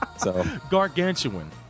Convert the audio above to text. Gargantuan